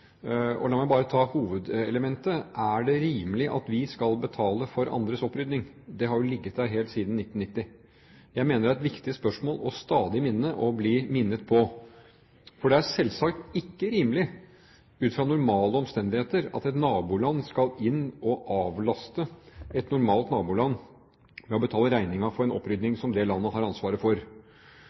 La meg bare ta hovedelementet: Er det rimelig at vi skal betale for andres opprydding? Det har jo ligget der helt siden 1990. Jeg mener det er et viktig spørsmål stadig å minne om og bli minnet på. Det er selvsagt ikke rimelig ut fra normale omstendigheter at et naboland skal inn og avlaste et normalt naboland ved å betale regningen for en opprydding som det landet har ansvaret for.